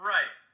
Right